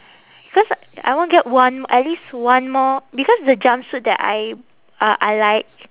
cause I want get one at least one more because the jumpsuit that I uh I like